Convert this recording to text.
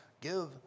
give